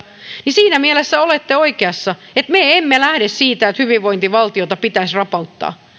niin siinä mielessä olette oikeassa että me emme lähde siitä että hyvinvointivaltiota pitäisi rapauttaa